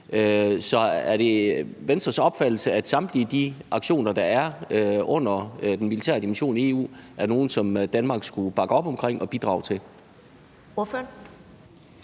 Er det Venstres opfattelse, at samtlige aktioner, der er under den militære dimension i EU, er nogle, som Danmark skulle bakke op omkring og bidrage til?